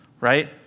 right